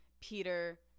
Peter